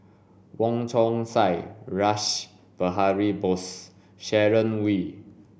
Wong Chong Sai Rash Behari Bose and Sharon Wee